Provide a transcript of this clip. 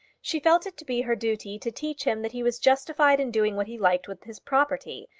she felt it to be her duty to teach him that he was justified in doing what he liked with his property,